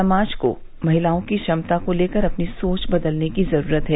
समाज को महिलाओं की क्षमता को लेकर अपनी सोच बदलने की जरूरत है